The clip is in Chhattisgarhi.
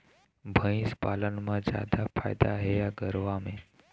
भंइस पालन म जादा फायदा हे या गरवा में?